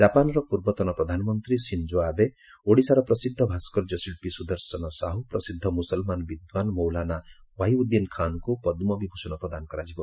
ଜାପାନର ପୂର୍ବତନ ପ୍ରଧାନମନ୍ତ୍ରୀ ସିଞ୍ଜୋ ଆବେ ଓଡିଶାର ପ୍ରସିଦ୍ଧ ଭାସ୍କର୍ଯ୍ୟ ଶିଳ୍ପୀ ସୁଦର୍ଶନ ସାହୁ ପ୍ରସିଦ୍ଧ ମୁସଲମାନ ବିଦ୍ୟାନ୍ ମୌଲାନା ୱାହିଉଦ୍ଦିନ ଖାନଙ୍କୁ ପଦ୍ମବିଭୂଷଣ ପ୍ରଦାନ କରାଯିବ